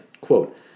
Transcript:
Quote